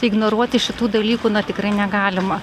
ignoruoti šitų dalykų tikrai negalima